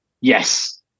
Yes